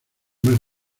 más